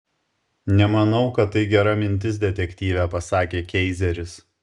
nemanau kad tai gera mintis detektyve pasakė keizeris